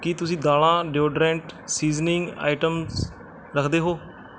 ਕੀ ਤੁਸੀਂ ਦਾਲਾਂ deodorant seasoning item ਰੱਖਦੇ ਹੋ